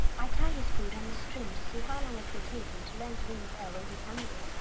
i tie his food on the string to see how long it will take him. to learn to ring the bell when he's hungry.